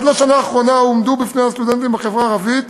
עד לשנה האחרונה הועמדו בפני הסטודנטים בחברה הערבית